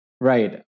Right